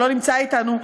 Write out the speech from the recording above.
שלא נמצא אתנו,